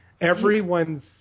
everyone's